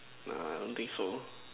err I don't think so